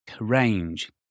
Range